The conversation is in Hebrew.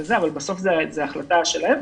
אבל בסוף זו החלטה שלהם,